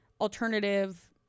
alternative